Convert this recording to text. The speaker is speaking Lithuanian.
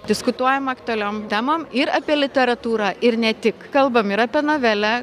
diskutuojam aktualiom temom ir apie literatūrą ir ne tik kalbam ir apie novelę